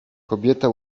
kobieta